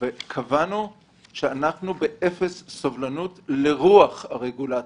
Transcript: קבענו שאנחנו באפס סובלנות לרוח הרגולטור,